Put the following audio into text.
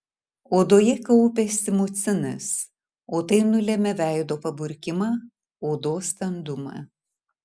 odoje kaupiasi mucinas o tai nulemia veido paburkimą odos standumą